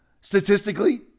Statistically